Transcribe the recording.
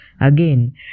Again